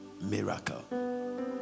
miracle